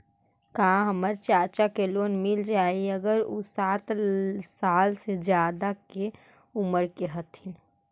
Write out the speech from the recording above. का हमर चाचा के लोन मिल जाई अगर उ साठ साल से ज्यादा के उमर के हथी?